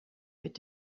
mit